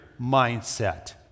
mindset